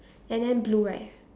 and then blue right